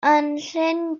enllyn